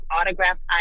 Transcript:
autographed